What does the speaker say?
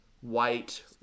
white